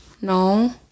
No